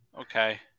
Okay